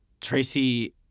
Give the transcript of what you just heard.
Tracy